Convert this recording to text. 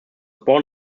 born